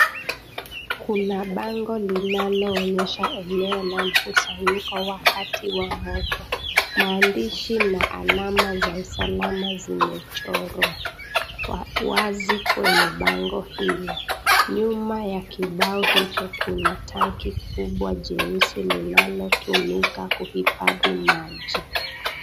Kuna bango linaloonyesha eneo la mkusanyiko wakati wa moto. Maandishi na alama za usalama zimechorwa wazi kwenye bango hilo. Nyuma ya kibao hicho kuna tanki kubwa jeusi linalotumika kuhifadhi maji.